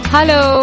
Hello